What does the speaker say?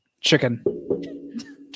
Chicken